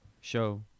show